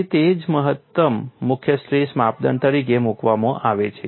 તેથી તેને જ મહત્તમ મુખ્ય સ્ટ્રેસ માપદંડ તરીકે મૂકવામાં આવે છે